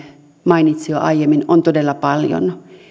mainitsi jo aiemmin on todella paljon